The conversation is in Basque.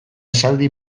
esaldi